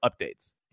updates